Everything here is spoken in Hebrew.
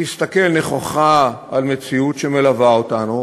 להסתכל נכוחה על מציאות שמלווה אותנו